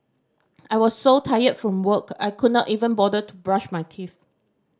I was so tired from work I could not even bother to brush my teeth